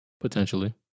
potentially